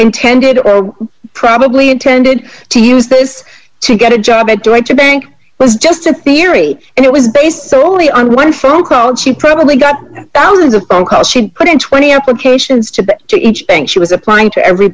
intended or probably intended to use this to get a job doing to bank was just a theory and it was based solely on one phone call and she probably got thousands of phone calls she put in twenty applications to but to each bank she was applying to every